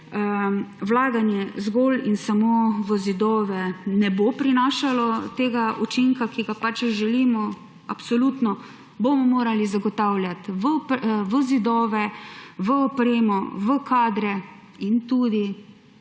Vlaganje zgolj in samo v zidove ne bo prinašalo tega učinka, ki ga pač želimo. Absolutno bomo morali vlagati v zidove, v opremo, v kadre in tudi